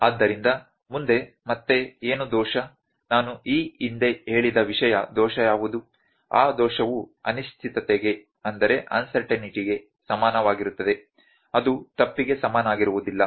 ಆದ್ದರಿಂದ ಮುಂದೆ ಮತ್ತೆ ಏನು ದೋಷ ನಾನು ಈ ಹಿಂದೆ ಹೇಳಿದ ವಿಷಯ ದೋಷ ಯಾವುದು ಆ ದೋಷವು ಅನಿಶ್ಚಿತತೆಗೆ ಸಮಾನವಾಗಿರುತ್ತದೆ ಅದು ತಪ್ಪಿಗೆ ಸಮನಾಗಿರುವುದಿಲ್ಲ